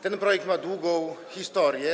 Ten projekt ma długą historię.